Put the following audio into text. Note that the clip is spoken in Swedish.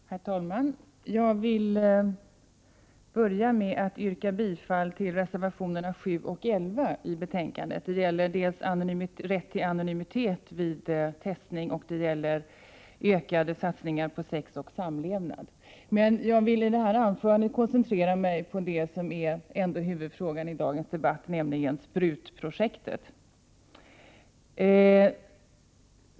Herr talman! Jag vill börja med att yrka bifall till reservationerna 7 och 11 i betänkandet. Det gäller rätten till anonymitet vid provtagning och ökade satsningar för skolans sexoch samlevnadsundervisning. I detta anförande vill jag dock koncentrera mig på vad som är huvudfrågan i dagens debatt, nämligen sprutprojektet.